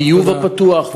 הביוב הפתוח,